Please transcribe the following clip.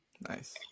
Nice